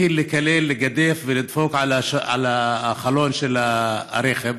התחיל לקלל, לגדף ולדפוק על החלון של הרכב.